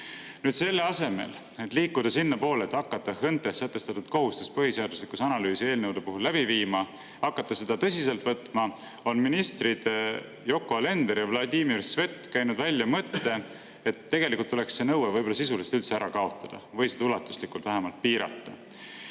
selle asemel, et liikuda sinnapoole, et hakata HÕNTE-s sätestatud kohustust, põhiseaduslikkuse analüüsi eelnõude puhul läbi viima, hakata seda tõsiselt võtma, on ministrid Yoko Alender ja Vladimir Svet käinud välja mõtte, et tegelikult tuleks see nõue sisuliselt üldse ära kaotada või seda vähemalt ulatuslikult piirata.